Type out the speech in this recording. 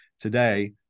today